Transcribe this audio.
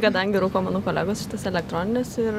kadangi rūko mano kolegos šitas elektronines ir